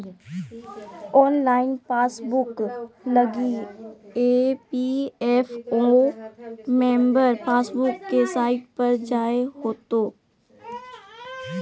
online passbook लगी EPFO member passbook के site पर जाय होतो